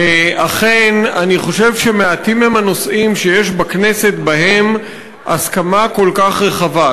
אכן אני חושב שמעטים הם הנושאים בכנסת שבהם יש הסכמה כל כך רחבה.